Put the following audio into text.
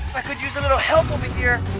i could use a little help over here.